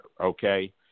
okay